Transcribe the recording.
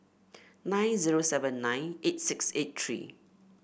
nine zero seven nine eight six eight three